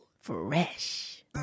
fresh